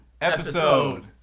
episode